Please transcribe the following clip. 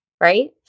right